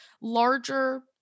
larger